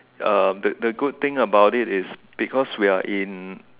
um the the good thing about it is because we are in